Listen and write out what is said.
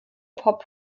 pop